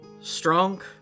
strong